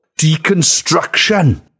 Deconstruction